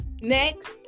next